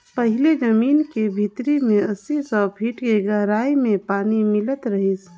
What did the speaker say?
पहिले जमीन के भीतरी में अस्सी, सौ फीट के गहराई में पानी मिलत रिहिस